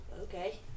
Okay